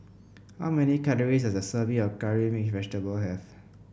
how many calories does a serving of Curry Mixed Vegetable have